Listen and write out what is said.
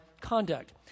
conduct